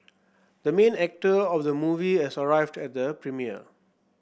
the main actor of the movie has arrived at the premiere